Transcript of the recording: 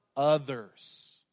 Others